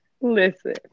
Listen